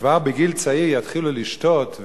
שכבר בגיל צעיר יתחילו לשתות,